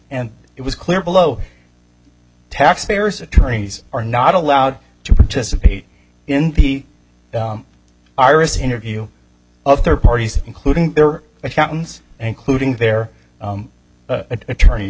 and it was clear below taxpayers attorneys are not allowed to participate in peak iris interview of third parties including their accountants and clued in their attorneys